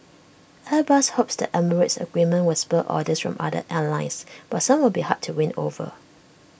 airbus hopes the emirates agreement will spur orders from other airlines but some will be hard to win over